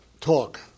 talk